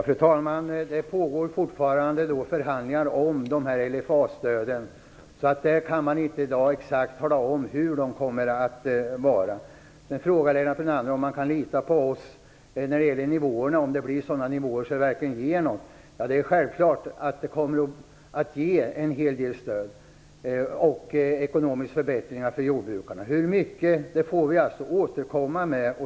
Fru talman! Det pågår fortfarande förhandlingar om LFA-stöden. Där kan man inte i dag tala om exakt hur de kommer att bli. Lennart Brunander frågar om han kan lita på oss när det gäller nivåerna, om det blir sådana nivåer att det verkligen ger någonting. Det är självklart att stödet kommer att innebära en hel del ekonomiska förbättringar för jordbruket. Hur mycket får vi alltså återkomma med.